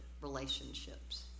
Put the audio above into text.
relationships